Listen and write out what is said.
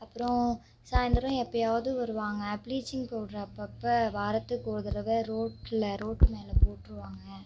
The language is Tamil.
அப்பறம் சாயந்திரம் எப்போயாவது வருவாங்கள் ப்ளீச்சிங் பவுட்ரு அப்போப்ப வாரத்துக்கு ஒரு தடவை ரோட்டில் ரோட்டு மேலே போட்டுருவாங்க